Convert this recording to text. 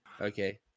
okay